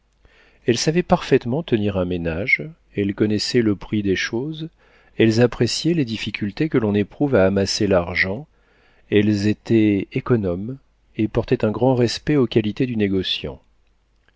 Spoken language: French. elles savaient parfaitement tenir un ménage elles connaissaient le prix des choses elles appréciaient les difficultés que l'on éprouve à amasser l'argent elles étaient économes et portaient un grand respect aux qualités du négociant